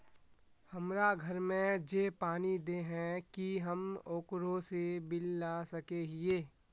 हमरा घर में जे पानी दे है की हम ओकरो से बिल ला सके हिये?